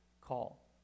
call